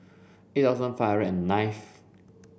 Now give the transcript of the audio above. eight thousand five hundred and ninth